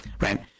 right